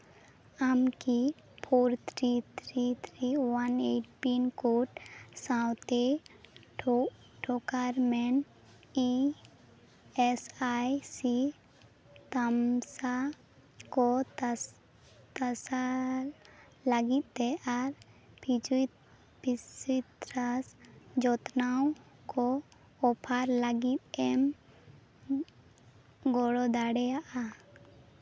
ᱟᱢᱠᱤ four three three three one one eight pin code ᱥᱟᱶᱛᱮ ᱴᱩ ᱴᱳᱠᱟᱨᱢᱮᱱ ᱤᱧ ᱮᱥ ᱟᱭ ᱥᱤ ᱛᱟᱢᱥᱟ ᱠᱚ ᱛᱟᱥᱟ ᱞᱟᱹᱜᱤᱫ ᱛᱮ ᱟᱨ ᱵᱤᱡᱚᱭᱤᱛ ᱥᱤᱛᱨᱟᱥ ᱡᱚᱛᱱᱟᱣ ᱠᱚ ᱚᱯᱷᱟᱨ ᱞᱟᱹᱜᱤᱫ ᱮᱢ ᱜᱚᱲᱚ ᱫᱟᱲᱮᱭᱟᱜᱼᱟ